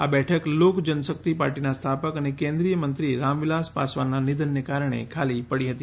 આ બેઠક લોકજનશક્તિ પાર્ટીના સ્થાપક અને કેન્દ્રીયમંત્રી રામવિલાસ પાસવાનના નિધનને કારણે ખાલી પડી હતી